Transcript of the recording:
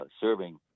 serving